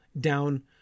down